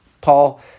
Paul